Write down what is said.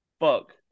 fuck